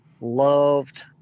loved